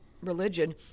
religion